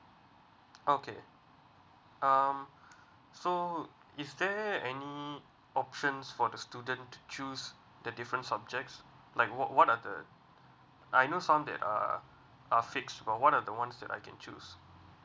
okay um so is there any options for the student to choose the different subjects like what what are the I know some that uh are fixed from what are the ones that I can choose